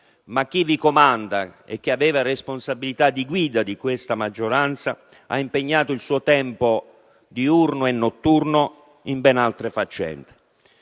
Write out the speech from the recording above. ma chi vi comanda, e che aveva responsabilità di guida di questa maggioranza, ha impiegato il suo tempo diurno e notturno in ben altre faccende.